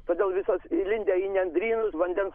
todėl visos įlindę į nendrynus vandens